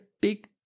big